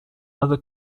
other